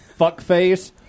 fuckface